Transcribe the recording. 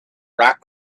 rock